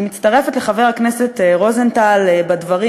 אני מצטרפת לחבר הכנסת רוזנטל בדברים,